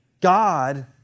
God